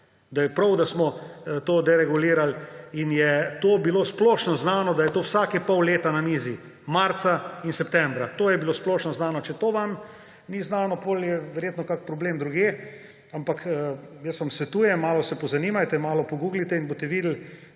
da je prav, da smo to deregulirali. In je to bilo splošno znano, da je to vsake pol leta na mizi, marca in septembra, to je bilo splošno znano. Če vam to ni znano, potem je verjetno kakšen problem drugje, ampak jaz vam svetujem – malo se pozanimajte, malo poguglajte in boste videli